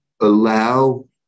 allow